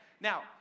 Now